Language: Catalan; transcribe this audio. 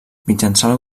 mitjançant